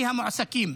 האי-מועסקים.